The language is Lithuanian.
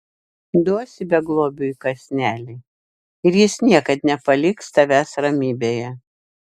duosi beglobiui kąsnelį ir jis niekad nepaliks tavęs ramybėje